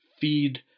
feed